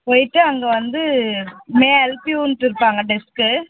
போயிட்டு அங்கே வந்து மே ஐ ஹெல்ப் யூன்ட்டு இருப்பாங்க டெஸ்க்கு